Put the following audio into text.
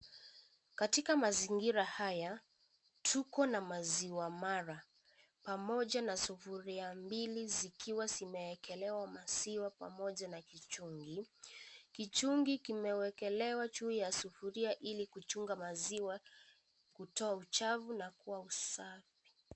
Katika mazingira haya tuko na maziwa mala pamoja na sufuria mbili zikiwa zimeekelewa maziwa pamoja na kichungi. Kichungi kimewekelewa juu ya sufuria ili kuchunga maziwa, kutoa uchafu na kwa usafi.